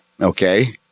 Okay